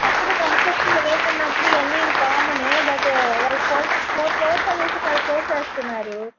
పక్కన కన్స్ట్రక్షన్ జరుగుతున్నప్పుడు ఇవన్నీ కామనే బట్ వాళ్ళు ఫోర్ ఫోర్ ఫ్లోర్స్ అనేసి ఫైవ్ ఫ్లోర్స్ వేస్తున్నారు